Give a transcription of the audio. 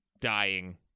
dying